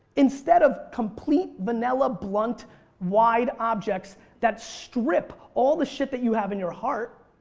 instead of complete vanilla blunt wide objects that strip all the shit that you have in your heart.